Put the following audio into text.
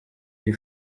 iyi